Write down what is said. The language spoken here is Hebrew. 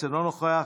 אינו נוכח,